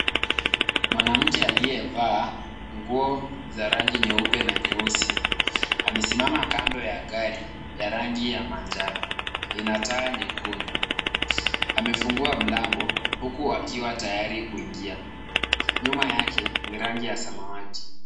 Mwanamke aliyevaa nguo za rangi nyeupe na nyeusi amesimama kando ya gari ya rangi ya manjano ina taa nyekundu. Amefungua mlango huku akiwa tayari kuingia. Nyuma yake ni rangi ya samawati.